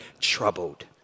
troubled